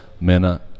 MENA